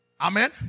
Amen